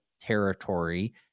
territory